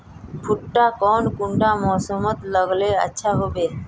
भुट्टा कौन कुंडा मोसमोत लगले अच्छा होबे?